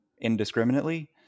indiscriminately